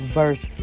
verse